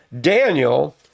Daniel